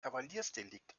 kavaliersdelikt